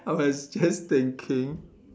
I was just thinking